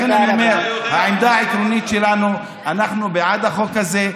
לכן אני אומר שהעמדה העקרונית שלנו היא שאנחנו בעד החוק הזה.